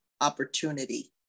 opportunity